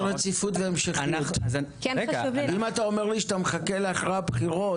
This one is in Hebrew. רציפות והמשכיות אם אתה אומר לי שאתה מחכה ל"אחרי הבחירות"?